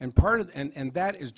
and part of it and that is